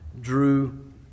Drew